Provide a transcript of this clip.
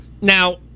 now